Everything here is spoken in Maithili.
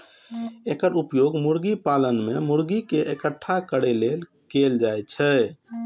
एकर उपयोग मुर्गी पालन मे मुर्गी कें इकट्ठा करै लेल कैल जाइ छै